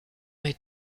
mij